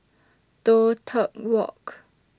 Toh Tuck Walk